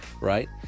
right